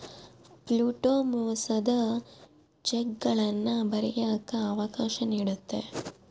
float ಮೋಸದ ಚೆಕ್ಗಳನ್ನ ಬರಿಯಕ್ಕ ಅವಕಾಶ ನೀಡುತ್ತೆ